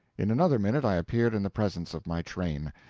in another minute i appeared in the presence of my train.